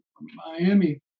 Miami